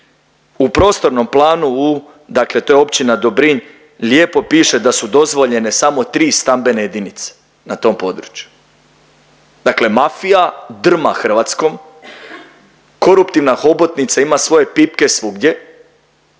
u prostornom planu u, dakle to je općina Dobrinj lijepo piše da su dozvoljene samo tri stambene jedinice na tom području. Dakle, mafija drma Hrvatskom. Koruptivna hobotnica ima svoje pipke svugdje